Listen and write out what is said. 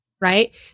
Right